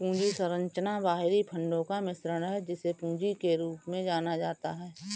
पूंजी संरचना बाहरी फंडों का मिश्रण है, जिसे पूंजी के रूप में जाना जाता है